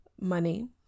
money